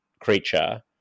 creature